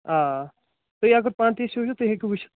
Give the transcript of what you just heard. آ تُہۍ اگر پانہٕ تہِ یٚژھِو یُن تُہۍ ہیٚکِو وُچھِتھ